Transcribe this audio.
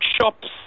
shops